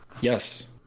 Yes